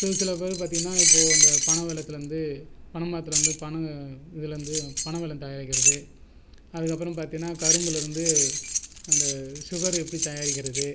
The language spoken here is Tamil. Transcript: சிலசிலப் பேர் பார்த்தீங்கன்னா இப்போ அந்த பனவெல்லத்துலேயிருந்து பனம்மரத்துலேருந்து பனங்க இதுலேருந்து பனவெல்லம் தயாரிக்கிறது அதுக்கு அப்புறம் பார்த்தீன்னா கரும்புலேருந்து அந்த சுகர் எப்படி தயாரிக்கிறது